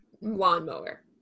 lawnmower